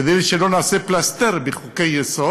כדי שלא נעשה פלסתר את חוקי-היסוד.